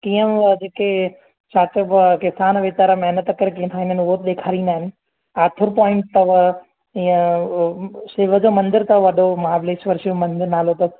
कीअं हो जेके छा चइबो आहे किसान वेचारा महिनत करे कीअं खाईंदा आहिनि उहे बि ॾेखारींदा आहिनि आर्थर पोइंट अथव ईअं शिव जो मंदरु अथव वॾो महाबलेश्वर शिव मंदरु नालो अथसि